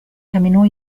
camminò